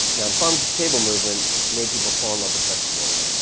the the farm-to-table movement made people fall in love with vegetables.